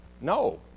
No